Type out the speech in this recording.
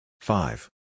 Five